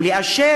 ולאשר,